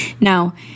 Now